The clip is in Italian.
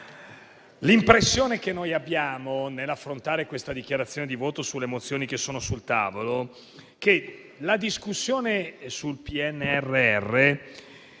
l'impressione che abbiamo nell'affrontare questa dichiarazione di voto sulle mozioni che sono sul tavolo è che la discussione sul PNRR